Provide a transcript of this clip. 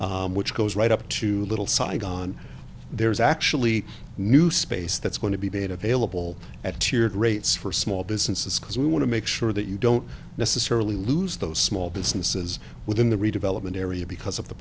which goes right up to little saigon there's actually a new space that's going to be made available at tiered rates for small businesses because we want to make sure that you don't necessarily lose those small businesses within the redevelopment area because of the